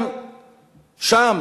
גם שם